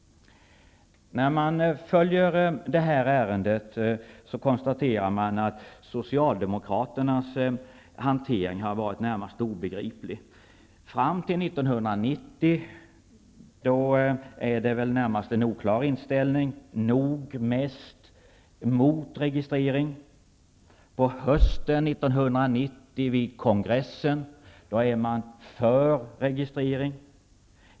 Om man följer detta ärende kan man konstatera att Socialdemokraternas hantering har varit närmast obegriplig. Fram till år 1990 är inställningen närmast oklar, och man är nog mest emot en registrering. På hösten 1990 vid kongressen är man för registrering.